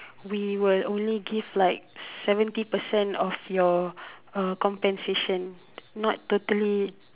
we will only give like seventy percent of your uh compensation not totally